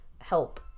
help